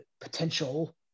potential